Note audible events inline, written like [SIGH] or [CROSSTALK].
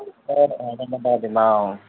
[UNINTELLIGIBLE]